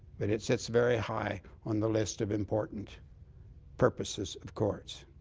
but it sits very high on the list of important purposes of courts.